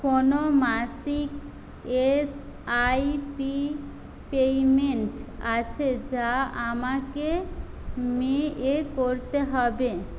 কোনও মাসিক এস আই পি পেইমেন্ট আছে যা আমাকে মে এ করতে হবে